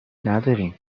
نداریم